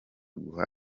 guha